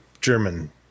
German